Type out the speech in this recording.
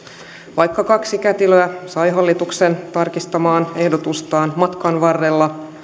vaikka kaksi kätilöä sai hallituksen tarkistamaan ehdotustaan matkan varrella